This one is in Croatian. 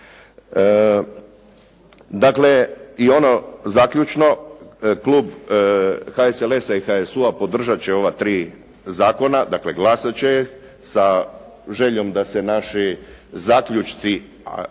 Dakle, i ono zaključno, klub HSLS-a i HSU-a podržati će ova tri zakona, dakle, glasati će sa željom da se naši zaključci ako su,